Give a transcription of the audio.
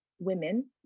women